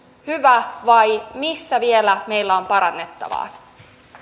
hyvä vai missä vielä meillä on parannettavaa